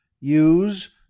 use